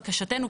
בקשתנו,